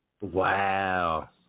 Wow